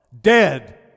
Dead